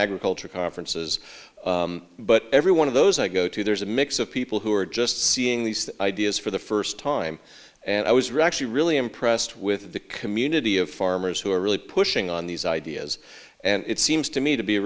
agriculture conferences but every one of those i go to there's a mix of people who are just seeing these ideas for the first time and i was reaction really impressed with the community of farmers who are really pushing on these ideas and it seems to me to be